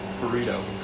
burrito